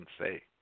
say